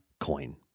Coin